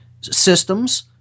systems